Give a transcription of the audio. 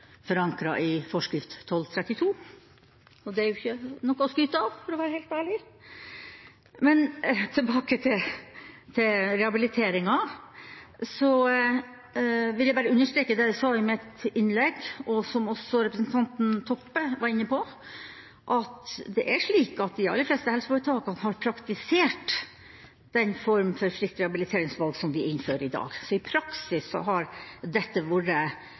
forankret i forskrift 1232, og det er jo ikke noe å skryte av, for å være helt ærlig. Men tilbake til rehabiliteringen: Jeg vil bare understreke det jeg sa i mitt innlegg, og som også representanten Toppe var inne på, at de aller fleste helseforetakene har praktisert denne formen for fritt rehabiliteringsvalg som vi innfører i dag, så i praksis har dette vært